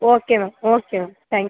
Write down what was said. okay ma'am okay ma'am thank you